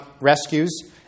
rescues